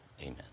Amen